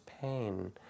pain